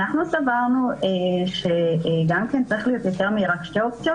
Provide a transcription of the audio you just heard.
אנחנו סברנו שגם כן צריך להיות יותר מרק שתי אופציות,